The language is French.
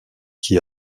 qui